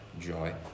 joy